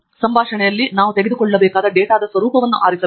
ಸಂಭಾಷಣೆಯಲ್ಲಿ ನಾವು ತೆಗೆದುಕೊಳ್ಳಬೇಕಾದ ಡೇಟಾದ ಸ್ವರೂಪವನ್ನು ನಾವು ಆರಿಸಬೇಕು